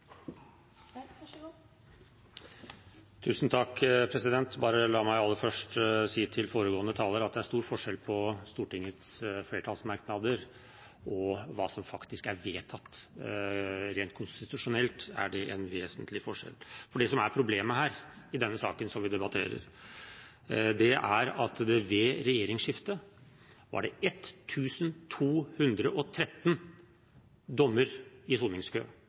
at det er stor forskjell på Stortingets flertallsmerknader og hva som faktisk er vedtatt. Rent konstitusjonelt er det en vesentlig forskjell. Det som er problemet i denne saken som vi debatterer, er at ved regjeringsskiftet var det 1 213 dommer i soningskø.